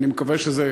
אני מקווה שזה,